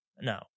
no